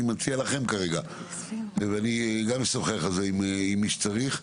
אני מציע לכם כרגע, וגם אשוחח על זה עם מי שצריך,